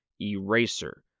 Eraser